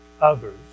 others